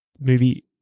movie